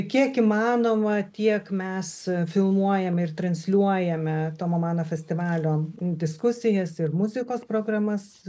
kiek įmanoma tiek mes filmuojame ir transliuojame tomo mano festivalio diskusijas ir muzikos programas